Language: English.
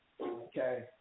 Okay